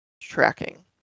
tracking